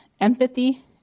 empathy